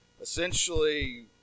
essentially